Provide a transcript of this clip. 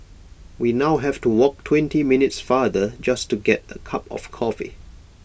we now have to walk twenty minutes farther just to get A cup of coffee